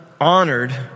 honored